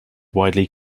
widely